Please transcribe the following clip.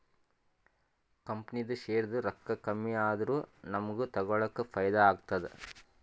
ಕಂಪನಿದು ಶೇರ್ದು ರೊಕ್ಕಾ ಕಮ್ಮಿ ಆದೂರ ನಮುಗ್ಗ ತಗೊಳಕ್ ಫೈದಾ ಆತ್ತುದ